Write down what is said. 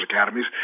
academies